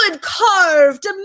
carved